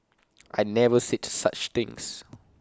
I never said such things